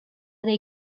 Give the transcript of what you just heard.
they